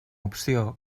opció